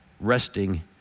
resting